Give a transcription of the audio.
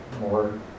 more